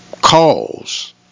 cause